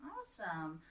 Awesome